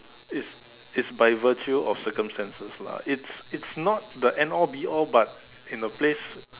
it's it's by virtue or circumstances lah it's it's not the end all be all but in a place